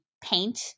paint